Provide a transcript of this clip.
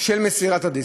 של מסירת הדיסק.